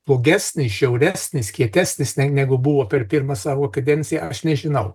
blogesnis žiauresnis kietesnis neg negu buvo per pirmą savo kadenciją aš nežinau